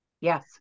Yes